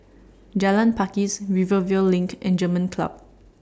Jalan Pakis Rivervale LINK and German Club